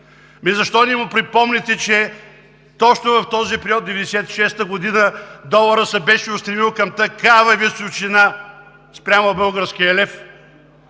защо не му припомните, че точно в този период – 1996 г. доларът се беше устремил към такава височина спрямо българския лев?